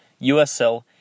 USL